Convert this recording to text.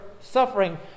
suffering